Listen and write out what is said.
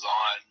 on